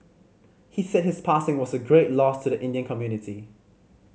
he said his passing was a great loss to the Indian community